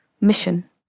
mission